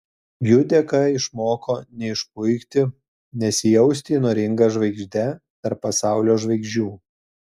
jų dėka išmoko neišpuikti nesijausti įnoringa žvaigžde tarp pasaulio žvaigždžių